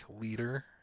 leader